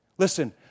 Listen